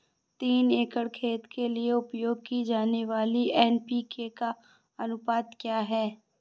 तीन एकड़ खेत के लिए उपयोग की जाने वाली एन.पी.के का अनुपात क्या है?